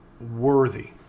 worthy